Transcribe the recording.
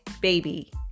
baby